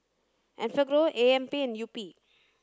Enfagrow A M P and Yupi